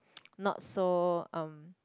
not so um